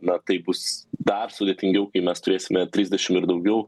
na tai bus dar sudėtingiau kai mes turėsime trisdešim ir daugiau